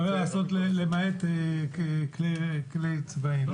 אפשר לכתוב למעט כלים צבאיים.